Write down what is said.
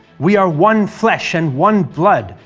we are one flesh and one blood,